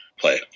play